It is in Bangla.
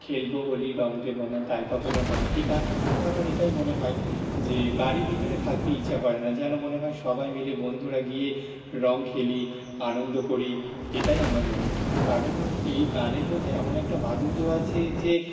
খেলবো হোলি রং দেবো না তাই কখনো হয় এই গানটা শুনলে আমার এটাই মনে হয় যে বাড়ি ভিতরে থাকতে ইচ্ছা করে না যেন মনে হয় সবাই মিলে বন্ধুরা গিয়ে রঙ খেলি আনন্দ করি এটাই আমার মনে হয় কারণ এই গানের মধ্যে এমন একটা মাধুর্য আছে যে